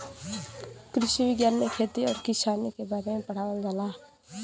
कृषि विज्ञान में खेती आउर किसानी के बारे में पढ़ावल जाला